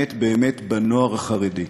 באמת באמת, בנוער החרדי,